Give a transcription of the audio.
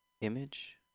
image